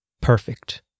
Perfect